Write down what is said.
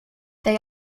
they